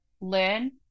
learn